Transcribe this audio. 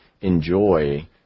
enjoy